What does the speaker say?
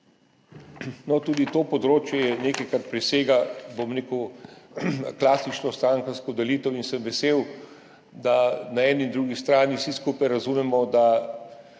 tudi to področje je nekaj, kar presega klasično strankarsko delitev in sem vesel, da na eni in drugi strani vsi skupaj razumemo,